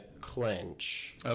clench